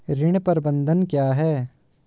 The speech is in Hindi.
ऋण प्रबंधन क्या है?